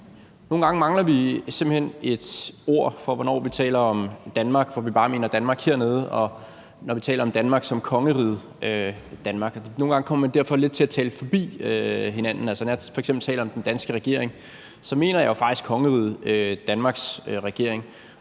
Nogle gange mangler vi simpelt hen et ord for, hvornår vi taler om Danmark, hvor vi bare mener Danmark hernede, og hvornår vi taler om Danmark som kongeriget Danmark. Nogle gange kommer man derfor til at tale lidt forbi hinanden. Altså, når jeg f.eks. taler om den danske regering, mener jeg jo faktisk kongeriget Danmarks regering